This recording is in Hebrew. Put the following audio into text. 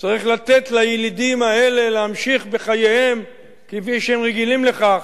צריך לתת לילידים האלה להמשיך בחייהם כפי שהם רגילים לכך.